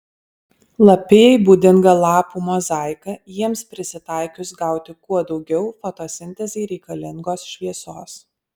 lapijai būdinga lapų mozaika jiems prisitaikius gauti kuo daugiau fotosintezei reikalingos šviesos